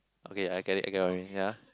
okay I get it I get what you mean ya